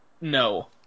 no